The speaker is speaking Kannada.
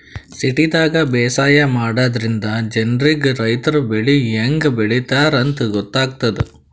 ಸಿಟಿದಾಗ್ ಬೇಸಾಯ ಮಾಡದ್ರಿನ್ದ ಜನ್ರಿಗ್ ರೈತರ್ ಬೆಳಿ ಹೆಂಗ್ ಬೆಳಿತಾರ್ ಅಂತ್ ಗೊತ್ತಾಗ್ತದ್